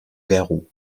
garrot